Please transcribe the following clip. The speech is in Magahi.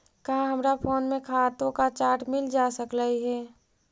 का हमरा फोन में खातों का चार्ट मिल जा सकलई हे